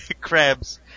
crabs